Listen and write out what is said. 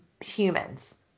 humans